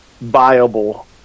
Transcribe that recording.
viable